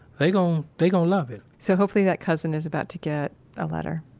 they gon', they gon' love it so, hopefully, that cousin is about to get a letter